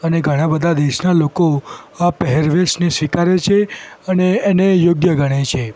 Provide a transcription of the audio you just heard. અને ઘણા બધા દેશના લોકો આ પહેરવેશને સ્વીકારે છે અને એને યોગ્ય ગણે છે